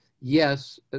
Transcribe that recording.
yes